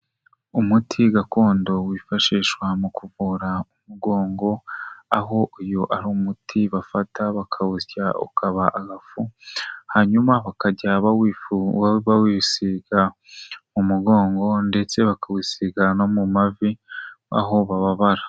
Umuti gakondo wifashishwa mu kuvura umugongo' aho uyu ari umuti bafata bakawusya ukaba agafu, hanyuma bakajya bawisiga mu mugongo ndetse bakawusiga no mu mavi aho bababara.